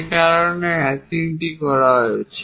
যে কারণে এই হ্যাশিংটি করা হয়েছে